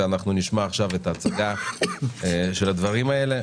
ונשמע עכשיו את ההצגה של הדברים האלה.